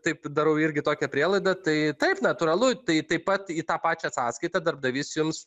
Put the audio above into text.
taip darau irgi tokią prielaidą tai taip natūralu tai taip pat į tą pačią sąskaitą darbdavys jums